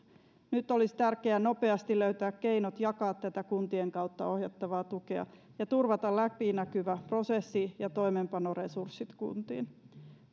nyt olisi tärkeää nopeasti löytää keinot jakaa tätä kuntien kautta ohjattavaa tukea ja turvata läpinäkyvä prosessi ja toimeenpanoresurssit kuntiin